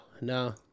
no